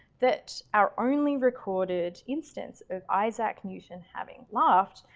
that our only recorded instance of isaac newton having laughed,